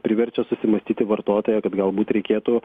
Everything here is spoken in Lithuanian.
priverčia susimąstyti vartotoją kad galbūt reikėtų